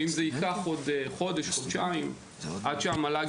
ואם זה ייקח עוד חודש-חודשיים עד שהמל"ג